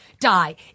die